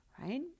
right